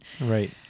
Right